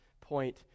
point